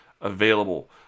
available